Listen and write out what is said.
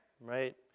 right